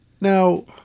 now